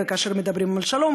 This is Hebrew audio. וכאשר מדברים על שלום,